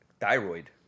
Thyroid